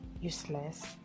useless